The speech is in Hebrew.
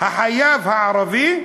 אם החייב הערבי,